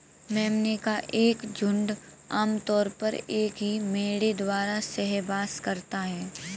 मेमने का एक झुंड आम तौर पर एक ही मेढ़े द्वारा सहवास करता है